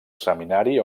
seminari